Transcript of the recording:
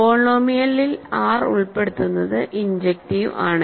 പോളിനോമിയലിൽ R ഉൾപ്പെടുത്തുന്നത് injective ആണ്